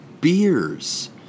Beers